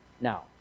now